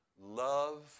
love